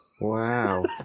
wow